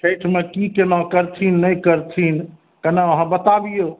छठिमे की केना करथिन नहि करथिन कनि अहाँ बता दियौ